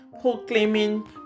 proclaiming